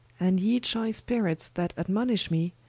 and ye choise spirits that admonish me,